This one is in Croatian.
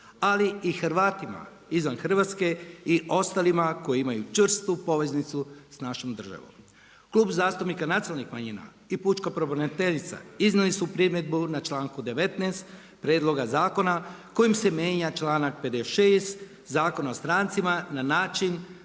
ali i Hrvatima izvan Hrvatske i ostalima koji imaju čvrstu poveznicu s našom državom. Klub zastupnika nacionalnih manjina i pučka pravobraniteljica iznijeli su primjedbu na članak 19. prijedloga zakona kojim se mijenja članak 56. Zakona o strancima na način